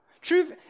Truth